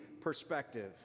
perspective